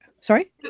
sorry